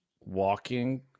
walking